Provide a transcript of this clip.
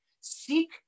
seek